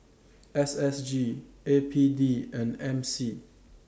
S S G A P D and M C